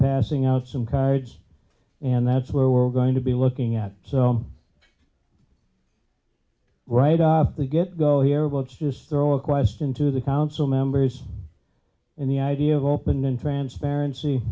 passing out some cards and that's where we're going to be looking at so right the get go here will just throw a question to the council members in the idea of opening transparency